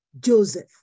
Joseph